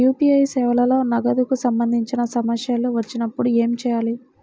UPI సేవలలో నగదుకు సంబంధించిన సమస్యలు వచ్చినప్పుడు ఏమి చేయాలి?